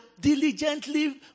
diligently